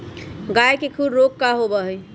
गाय के खुर रोग का होबा हई?